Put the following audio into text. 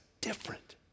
different